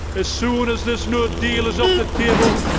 as soon as this no deal is off the table,